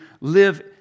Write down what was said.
live